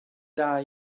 dar